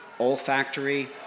olfactory